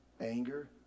anger